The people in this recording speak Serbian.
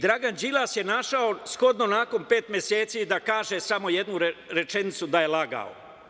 Dragan Đilas je našao za shodno nakon pet meseci da kaže samo jednu rečenicu - da je lagao.